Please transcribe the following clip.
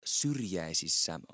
syrjäisissä